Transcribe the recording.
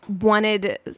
wanted